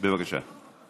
בבקשה.